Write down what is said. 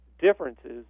differences